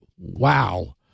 wow